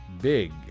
big